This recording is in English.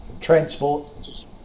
transport